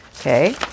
okay